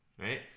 right